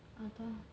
அதான்:athaan